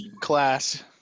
Class